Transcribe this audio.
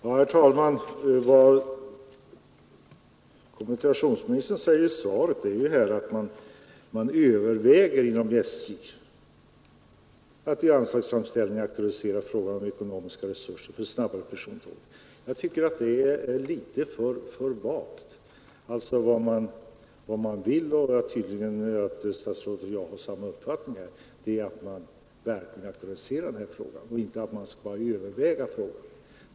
Herr talman! Herr kommunikationsministern säger i svaret att SJ överväger att i årets anslagsframställning aktualisera frågan om ekonomiska resurser för snabbare passagerartåg. Jag tycker att formuleringen är alltför vag. Vad det gäller är — och det är tydligt att herr statsrådet och jag har samma uppfattning i dag — att man verkligen aktualiserar och inte bara överväger denna fråga.